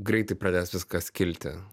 greitai pradės viskas kilti